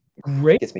great